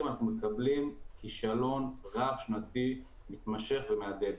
אנחנו מקבלים כישלון רב-שנתי מתמשך ומהדהד.